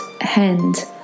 hand